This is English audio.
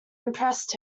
impressed